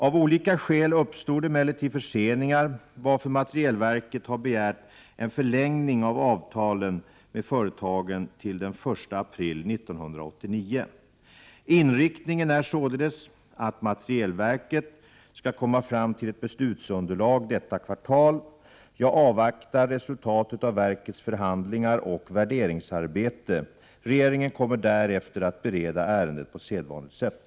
Av olika skäl uppstod emellertid förseningar, varför materielverket har begärt en förlängning av avtalen med företagen till den 1 april 1989. Inriktningen är således att materielverket skall komma fram till ett beslutsunderlag detta kvartal. Jag avvaktar resultatet av verkets förhandlingar och värderingsarbete. Regeringen kommer därefter att bereda ärendet på sedvanligt sätt.